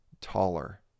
taller